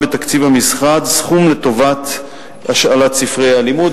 בתקציב המשרד סכום לטובת השאלת ספרי הלימוד,